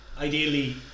ideally